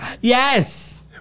Yes